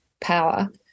power